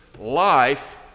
life